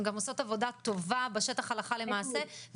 הן גם עושות עבודה טובה בשטח הלכה למעשה,